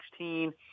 2016